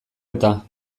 eta